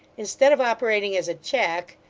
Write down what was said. instead of operating as a check,